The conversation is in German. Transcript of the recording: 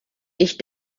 ich